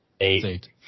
eight